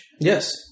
Yes